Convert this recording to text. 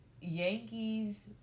Yankees